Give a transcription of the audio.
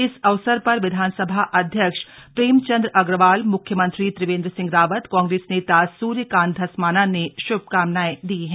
इस अवसर पर विधानसभा अध्यक्ष प्रेम चन्द्र अग्रवाल मुख्यमंत्री त्रिवेन्द्र सिंह रावत कांग्रेस नेता सूर्य कान्त धस्माना ने शुभकामनाएं दी हैं